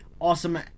awesome